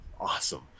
awesome